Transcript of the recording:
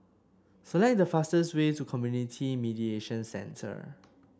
select the fastest way to Community Mediation Centre